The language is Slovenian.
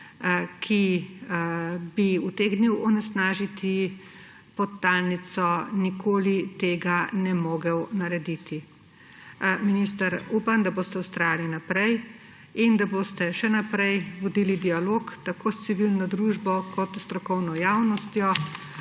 ki bi utegnil onesnažiti podtalnico, nikoli tega ne mogel narediti. Minister, upam, da boste vztrajali naprej in da boste še naprej vodili dialog tako s civilno družbo kot strokovno javnostjo.